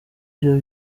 vyo